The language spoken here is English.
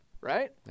right